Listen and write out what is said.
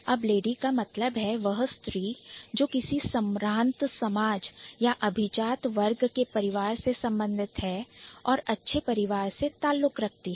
अब Lady का मतलब है वह स्त्री जो किसी संभ्रांत समाज या अभिजात वर्ग के परिवार से संबंधित है और अच्छे परिवार से ताल्लुक रखती है